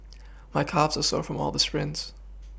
my calves are sore from all the sprints